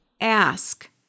ask